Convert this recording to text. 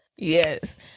yes